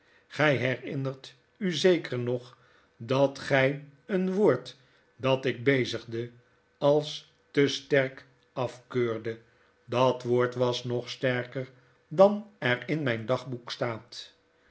gij herinnert u zeker nog dat gij een woord dat ik bezigde als te sterk afkeurdet dat woord was nog sterker dan er in mijn dagboek staat